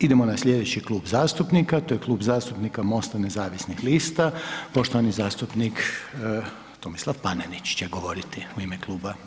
Idemo na slijedeći klub zastupnika, to je Klub zastupnika MOST-a nezavisnih lista, poštovani zastupnik Tomislav Panenić će govoriti u ime kluba, izvolite.